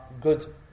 good